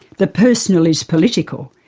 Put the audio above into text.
the personal is political,